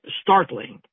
startling